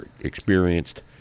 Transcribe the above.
experienced